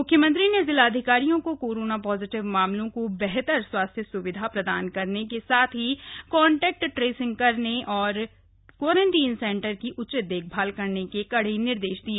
मुख्यमंत्री ने जिलाधिकारियों का कारामा पॉजिटिव मामलों का बेहतर स्वास्थ्य सुविधा प्रदान करने के साथ ही कांटेक्ट ट्रेसिंग करने और क्वारंटाइन सेन्टर की उचित देखभाल करने के कड़े निर्देश दिए